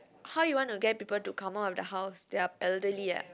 how you want to get people to come out of their house they are elderly ah